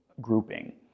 grouping